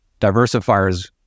diversifiers